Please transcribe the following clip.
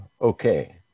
okay